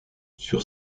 sur